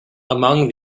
among